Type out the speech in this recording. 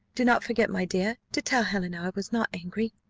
do not forget, my dear, to tell helena i was not angry.